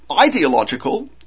ideological